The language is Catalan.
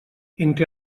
entre